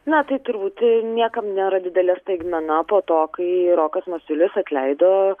na tai turbūt niekam nėra didelė staigmena po to kai rokas masiulis atleido